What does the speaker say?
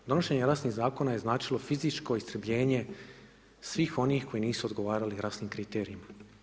Donošenje rasnih zakona je značilo fizičko istrebljenje svih onih koji nisu odgovarali rasnim kriterijima.